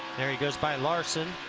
there he goes by larson.